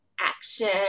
action